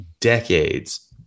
decades